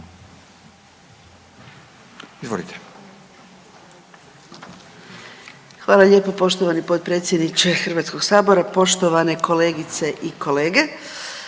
(GLAS)** Hvala lijepo poštovani potpredsjedniče Hrvatskog sabora, poštovana kolegice Orešković.